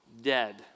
dead